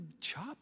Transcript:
chop